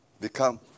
become